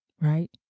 right